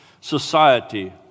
society